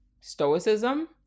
Stoicism